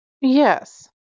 yes